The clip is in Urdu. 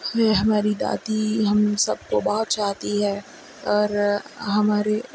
ہماری دادی ہم سب کو بہت چاہتی ہے اور ہمارے